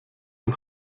ein